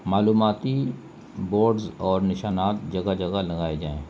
معلوماتی بورڈز اور نشانات جگہ جگہ لگائے جائیں